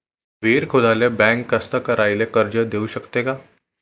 विहीर खोदाले बँक कास्तकाराइले कर्ज देऊ शकते का?